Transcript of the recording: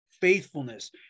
faithfulness